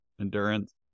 Endurance